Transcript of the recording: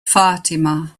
fatima